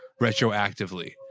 retroactively